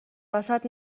وسط